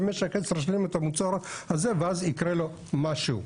במשך 10 שנים את המוצר הזה ואז יקרה לו משהו.